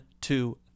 two